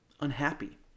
unhappy